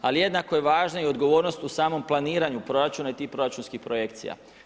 Ali jednako je važno i odgovornost u samom planiranju proračuna i tih proračunskih projekcija.